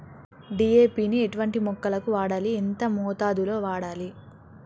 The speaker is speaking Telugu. డీ.ఏ.పి ని ఎటువంటి మొక్కలకు వాడాలి? ఎంత మోతాదులో వాడాలి?